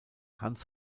hans